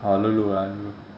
oh lulu lah lulu